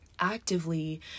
actively